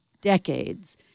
decades